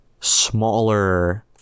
smaller